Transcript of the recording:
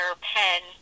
pen